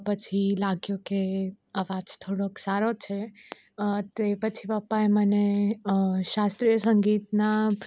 પછી લાગ્યું કે અવાજ થોડોક સારો છે તો એ પછી પપ્પાએ મને શાસ્ત્રીય સંગીતના